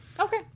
Okay